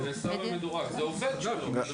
זה עובד שלו.